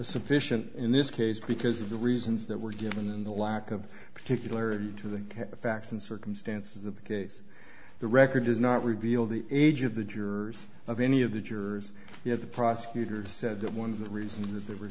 sufficient in this case because of the reasons that were given the lack of particularly to the facts and circumstances of the case the record does not reveal the age of the jurors of any of the jurors yet the prosecutors said that one of the reasons that they were